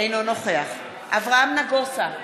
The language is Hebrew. אינו נוכח אברהם נגוסה,